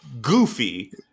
goofy